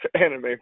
anime